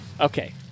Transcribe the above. Okay